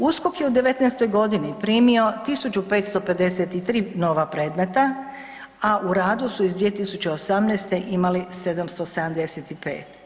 USKOK je u '19. g. primio 1553 nova predmeta, a u radu su iz 2017. imali 775.